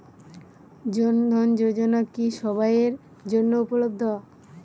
জন ধন যোজনা কি সবায়ের জন্য উপলব্ধ?